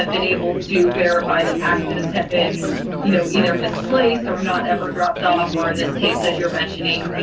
ah been able to verify that packages have been you know either misplaced or not ever dropped off or in this case, as you're mentioning,